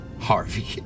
Harvey